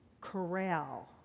corral